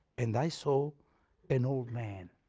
and i saw an old man,